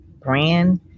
brand